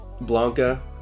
Blanca